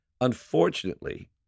Unfortunately